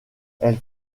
elles